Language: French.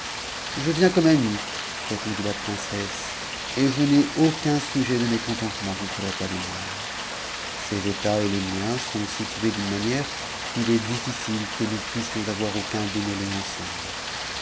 je viens comme amie répondit la princesse et je n'ai aucun sujet de mécontentement contre le roi des mages ses états et les miens sont situés j'g manière qu'il est difficile que nous puissions avoir aucun démêlé